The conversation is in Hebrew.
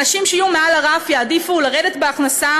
אנשים שיהיו מעל הרף יעדיפו לרדת בהכנסה